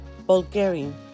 Bulgarian